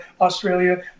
Australia